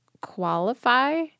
qualify